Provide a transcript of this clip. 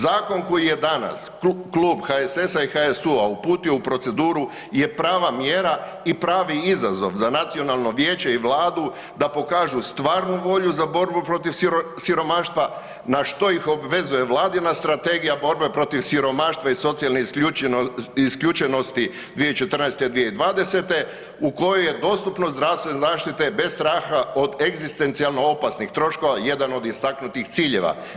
Zakon koji je danas klub HSS-a i HSU-a uputio u proceduru je prava mjera i pravi izazov za nacionalno vijeće i Vladu da pokažu stvarnu volju za borbu protiv siromaštva na što ih obvezuje vladina Strategija borbe protiv siromaštva i socijalne isključenosti 2014.-2020. u kojoj je dostupnost zdravstvene zaštite od egzistencijalno opasnih troškova jedan od istaknutih ciljeva.